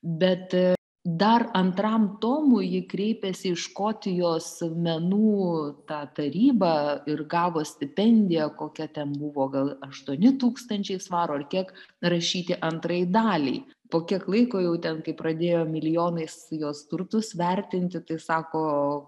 bet dar antram tomui ji kreipėsi į škotijos menų tą tarybą ir gavo stipendiją kokia ten buvo gal aštuoni tūkstančiai svarų ar kiek rašyti antrai daliai po kiek laiko jau ten kai pradėjo milijonais jos turtus vertinti tai sako